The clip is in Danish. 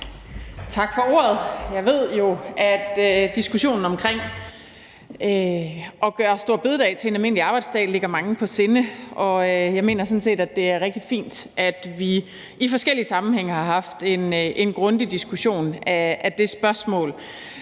tak for ordet. Jeg ved jo, at diskussionen om at gøre store bededag til en almindelig arbejdsdag, ligger mange på sinde. Jeg mener sådan set, at det er rigtig fint, at vi i forskellige sammenhænge har haft en grundig diskussion af det spørgsmål,